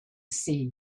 sea